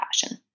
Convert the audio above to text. passion